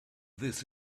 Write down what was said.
this